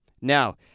Now